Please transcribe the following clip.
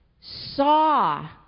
saw